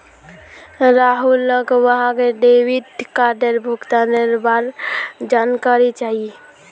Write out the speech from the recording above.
राहुलक वहार डेबिट कार्डेर भुगतानेर बार जानकारी चाहिए